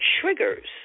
triggers